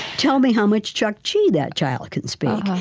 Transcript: tell me how much chukchi that child can speak.